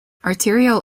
arterial